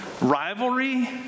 rivalry